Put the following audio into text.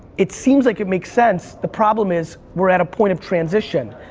it seems like it makes sense, the problem is we're at a point of transition.